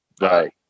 right